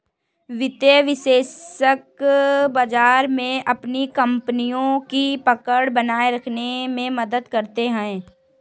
वित्तीय विश्लेषक बाजार में अपनी कपनियों की पकड़ बनाये रखने में मदद करते हैं